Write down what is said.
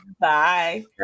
bye